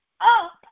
up